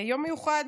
יום מיוחד,